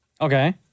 Okay